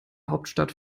hauptstadt